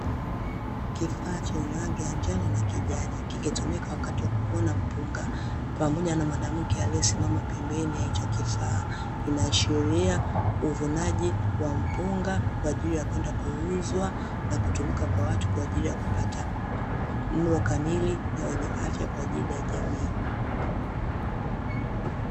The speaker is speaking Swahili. Kifaa chenye rangi ya njano na kijani kikitumika wakati wa kuvuna mpunga pamoja na mwanamke aliyesimama pembeni ya hicho kifaa, inaashiria uvunaji wa mpunga kwa ajili ya kwenda kuuzwa na kutumika kwa watu kwa ajili ya kupata mlo kamili na wenye afya kwa ajili ya jamii.